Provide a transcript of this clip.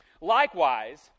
Likewise